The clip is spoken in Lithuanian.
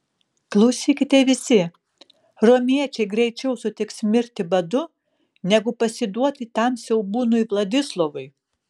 klausykite visi romiečiai greičiau sutiks mirti badu negu pasiduoti tam siaubūnui vladislovui